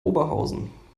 oberhausen